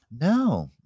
No